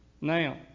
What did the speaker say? Now